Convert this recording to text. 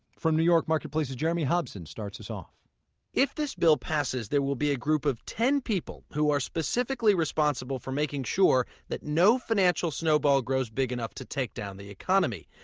from new york, marketplace's jeremy hobson starts us off if this bill passes, there will be a group of ten people who are specifically responsible for making sure that no financial snowball grows big enough to take down the economy.